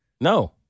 No